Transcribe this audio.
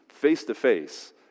face-to-face